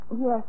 Yes